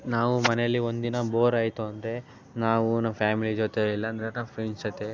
ನಾವು ಮನೆಯಲ್ಲಿ ಒಂದಿನ ಬೋರಾಯಿತು ಅಂದರೆ ನಾವು ನಮ್ಮ ಫ್ಯಾಮಿಲಿ ಜೊತೆ ಇಲ್ಲಅಂದ್ರೆ ನಮ್ಮ ಫ್ರೆಂಡ್ಸ್ ಜೊತೆ